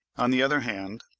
on the other hand,